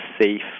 safe